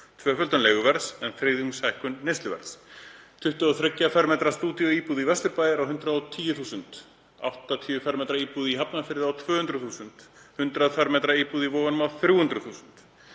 Tvöföldun leiguverðs en þriðjungs hækkun neysluverðs. 23 fermetra stúdíóíbúð í Vesturbæ er á 110.000 kr., 80 fermetra íbúð í Hafnarfirði á 200.000 kr., 100 fermetra íbúð í Vogunum á 300.000